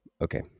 Okay